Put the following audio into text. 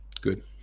good